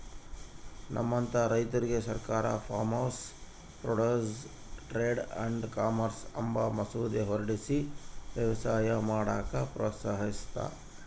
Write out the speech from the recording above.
ನಮ್ಮಂತ ರೈತುರ್ಗೆ ಸರ್ಕಾರ farmers produce trade and commerce ಅಂಬ ಮಸೂದೆ ಹೊರಡಿಸಿ ವ್ಯವಸಾಯ ಮಾಡಾಕ ಪ್ರೋತ್ಸಹಿಸ್ತತೆ